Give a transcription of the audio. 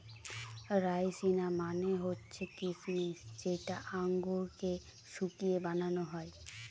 রাইসিনা মানে হচ্ছে কিসমিস যেটা আঙুরকে শুকিয়ে বানানো হয়